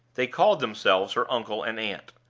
they called themselves her uncle and aunt.